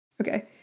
Okay